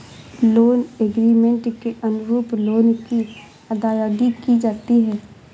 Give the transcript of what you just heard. loan agreement के अनुरूप loan की अदायगी की जाती है